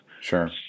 Sure